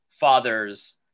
father's